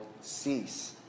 cease